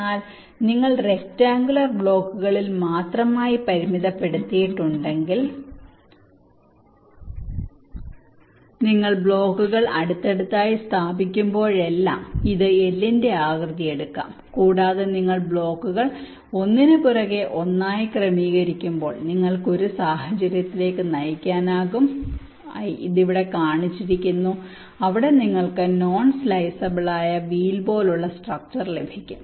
എന്നാൽ നിങ്ങൾ റെക്ടാങ്കുലർ ബ്ലോക്കുകളിൽ മാത്രമായി പരിമിതപ്പെടുത്തിയിട്ടുണ്ടെങ്കിൽപ്പോലും നിങ്ങൾ ബ്ലോക്കുകൾ അടുത്തടുത്തായി സ്ഥാപിക്കുമ്പോഴെല്ലാം ഇത് L ന്റെ ആകൃതി എടുക്കാം കൂടാതെ നിങ്ങൾ ബ്ലോക്കുകൾ ഒന്നിനുപുറകെ ഒന്നായി ക്രമീകരിക്കുമ്പോൾ നിങ്ങൾക്ക് ഒരു സാഹചര്യത്തിലേക്ക് നയിക്കാനാകും I ഇത് ഇവിടെ കാണിച്ചിരിക്കുന്നു അവിടെ നിങ്ങൾക്ക് നോൺ സ്ലൈസബിൾ ആയ വീൽ പോലുള്ള സ്ട്രക്ച്ചർ ലഭിക്കും